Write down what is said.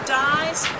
dies